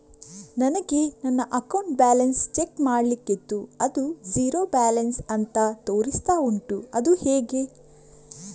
ನನಗೆ ನನ್ನ account balance check ಮಾಡ್ಲಿಕ್ಕಿತ್ತು ಅದು ಝೀರೋ ಬ್ಯಾಲೆನ್ಸ್ ಅಂತ ತೋರಿಸ್ತಾ ಉಂಟು ಅದು ಹೇಗೆ?